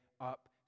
up